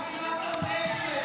מה עם נתן אשל מלשכת ראש הממשלה?